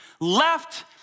left